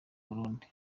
burundi